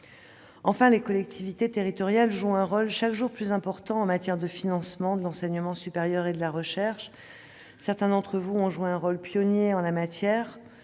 Enfin, les collectivités territoriales jouent un rôle chaque jour plus important en matière de financement de l'enseignement supérieur et de la recherche. Certains d'entre vous ont joué un rôle pionnier en la matière.